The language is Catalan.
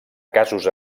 casos